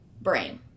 brain